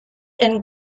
and